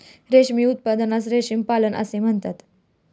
रेशीम उत्पादनास रेशीम पालन असे म्हणतात